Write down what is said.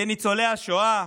בניצולי השואה,